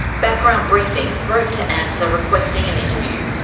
background briefing wrote to amsa requesting an interview